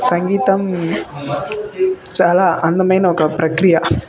సంగీతం చాలా అందమైన ఒక ప్రక్రియ